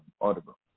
audible